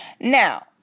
now